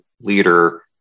leader